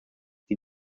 die